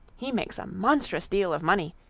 he makes a monstrous deal of money,